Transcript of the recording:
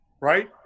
right